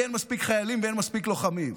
אין מספיק חיילים ואין מספיק לוחמים.